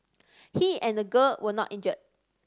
he and the girl were not injured